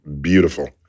Beautiful